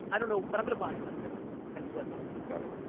i don't know but i'm gonna buy something and flip it. got it.